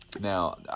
now